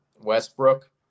Westbrook